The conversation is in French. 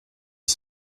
est